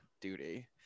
duty